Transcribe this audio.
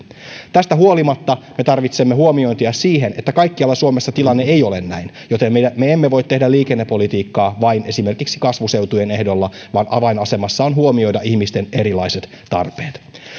tästä huolimatta me tarvitsemme huomiointia siihen että kaikkialla suomessa tilanne ei ole näin joten me emme voi tehdä liikennepolitiikkaa vain esimerkiksi kasvuseutujen ehdoilla vaan avainasemassa on ihmisten erilaisten tarpeiden huomiointi